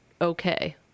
Okay